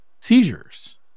seizures